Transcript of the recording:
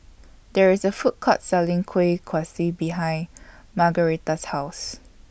There IS A Food Court Selling Kueh Kaswi behind Margaretta's House